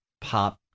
pop